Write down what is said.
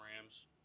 Rams